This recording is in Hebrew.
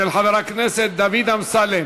של חבר הכנסת דוד אמסלם,